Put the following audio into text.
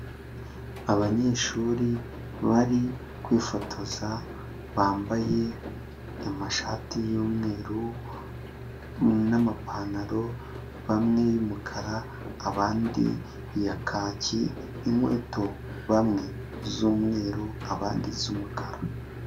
Abanyeshuri bari kwifotoza, bambaye amashati y'umweru n'amapantaro, bamwe y'umukara abandi ya kaki, inkweto bamwe z'umweru, abandi z'umukara.